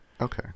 Okay